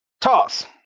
Toss